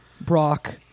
Brock